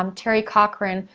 um teri cochrane,